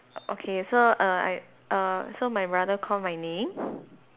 okay so err I err so my brother call my name